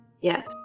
Yes